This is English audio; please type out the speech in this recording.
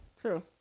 True